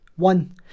One